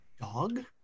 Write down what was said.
Dog